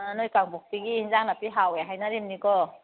ꯅꯣꯏ ꯀꯥꯡꯄꯣꯛꯄꯤꯒꯤ ꯌꯦꯟꯁꯥꯡ ꯅꯥꯄꯤ ꯍꯥꯎꯋꯦ ꯍꯥꯏꯅꯔꯤꯝꯅꯤꯀꯣ